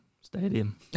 Stadium